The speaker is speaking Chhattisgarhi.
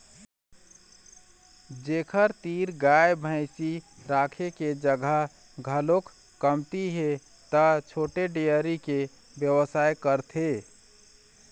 जेखर तीर गाय भइसी राखे के जघा घलोक कमती हे त छोटे डेयरी के बेवसाय करथे